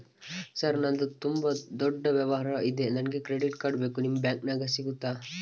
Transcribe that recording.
Sir ನಂದು ತುಂಬಾ ದೊಡ್ಡ ವ್ಯವಹಾರ ಇದೆ ನನಗೆ ಕ್ರೆಡಿಟ್ ಕಾರ್ಡ್ ಬೇಕು ನಿಮ್ಮ ಬ್ಯಾಂಕಿನ್ಯಾಗ ಸಿಗುತ್ತಾ?